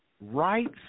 Rights